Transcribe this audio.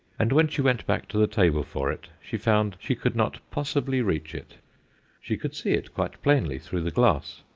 and when she went back to the table for it, she found she could not possibly reach it she could see it quite plainly through the glass,